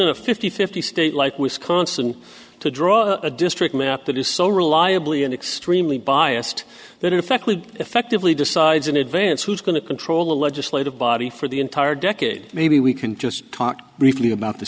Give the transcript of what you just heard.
a fifty fifty state like wisconsin to draw a district map that is so reliably and extremely biased that in effect would effectively decides in advance who's going to control the legislative body for the entire decade maybe we can just talk briefly about the